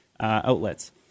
outlets